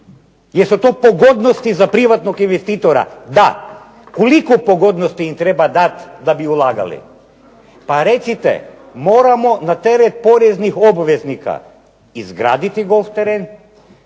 su to pogodnosti za privatnog investitora. Da. Koliko pogodnosti im treba dati da bi ulagali? Pa recite moramo na teret poreznih obveznika izgraditi golf teren,